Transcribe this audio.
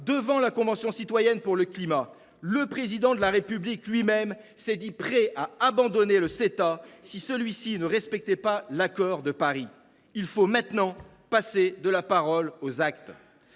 devant la Convention citoyenne pour le climat, le Président de la République lui même s’est dit prêt à abandonner le Ceta si celui ci ne respectait pas l’accord de Paris. Il faut maintenant passer de la parole aux actes